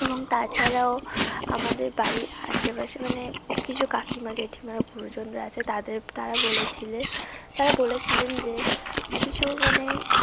এবং তাছাড়াও আমাদের বাড়ির আশেপাশে মানে কিছু কাকিমা জেঠিমারা গুরুজনরা আছে তাদের তারা বলেছিলে তারা বলেছিলেন যে কিছু মানে